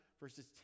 verses